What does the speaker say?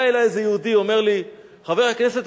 בא אלי איזה יהודי ואומר לי: חבר הכנסת,